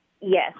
Yes